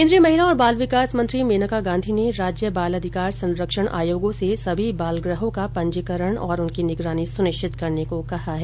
केंद्रीय महिला और बाल विकास मंत्री मेनका गांधी ने राज्य बाल अधिकार संरक्षण आयोगों से सभी बाल गुहों का पंजीकरण और उनकी निगरानी सुनिश्चित करने को कहा है